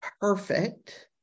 perfect